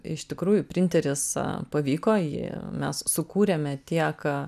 iš tikrųjų printeris pavyko jį mes sukūrėme tiek